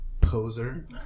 poser